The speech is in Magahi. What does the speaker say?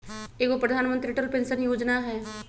एगो प्रधानमंत्री अटल पेंसन योजना है?